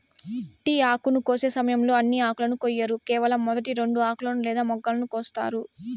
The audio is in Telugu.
టీ ఆకును కోసే సమయంలో అన్ని ఆకులను కొయ్యరు కేవలం మొదటి రెండు ఆకులను లేదా మొగ్గలను కోస్తారు